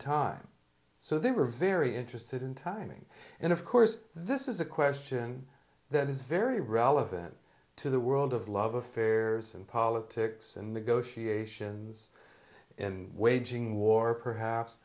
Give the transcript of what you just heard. time so they were very interested in timing and of course this is a question that is very relevant to the world of love affairs and politics and negotiations and waging war perhaps